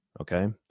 Okay